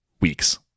weeks